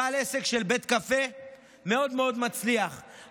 בית קפה מצליח מאוד,